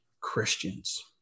Christians